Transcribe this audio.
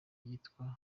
yitwa